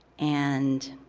and